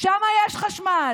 שם יש חשמל.